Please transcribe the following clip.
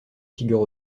figure